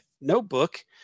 notebook